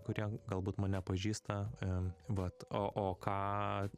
kurie galbūt mane pažįsta vat o o ką